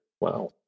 Wow